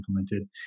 implemented